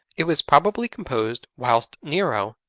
it was probably composed whilst nero,